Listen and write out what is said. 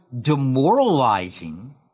demoralizing